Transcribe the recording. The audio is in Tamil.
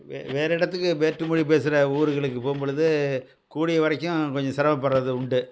வெ வேறே இடத்துக்கு வேற்று மொழி பேசுகிற ஊருகளுக்கு போகும் பொழுது கூடிய வரைக்கும் கொஞ்சம் சிரமப்பட்றது உண்டு